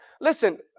Listen